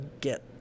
get